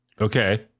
Okay